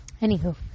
Anywho